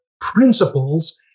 principles